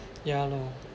ya lah